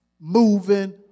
moving